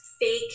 fake